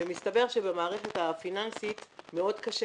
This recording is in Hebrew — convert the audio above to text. מסתבר שבמערכת הפיננסית מאוד קשה.